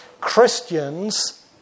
Christians